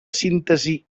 síntesi